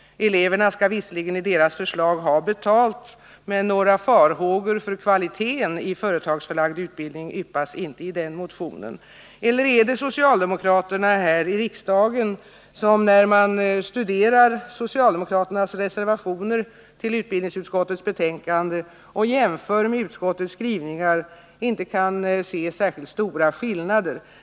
Eleverna skall visserligen enligt det förslaget ha betalt, men några farhågor för kvaliteten i företagsförlagd utbildning yppas inte i den motionen. Eller är det socialdemokraternas uppfattning här i riksdagen som är den representativa? När man studerar socialdemokraternas reservationer till utbildningsutskottets betänkande och jämför dem med utskottets skrivning kan man inte se särskilt stora skillnader.